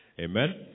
Amen